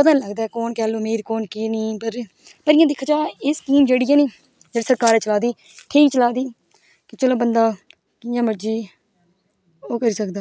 पता नी लगदा ऐ कुन कैह्लूं अमीर कुन की नी पर इयां दिक्खेआ जाए एह् सकीम जेह्ड़ी ऐ नी जेह्ड़ी सरकार चला दी ठीक चला दी जिसलै बंदा जियां मर्जी ओह् करी सकदा ऐ